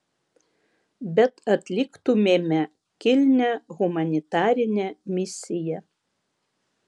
bet atliktumėme kilnią humanitarinę misiją